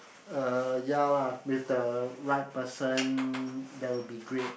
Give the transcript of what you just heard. uh ya lah with the right person that would be great